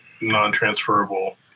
non-transferable